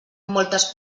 moltes